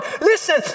Listen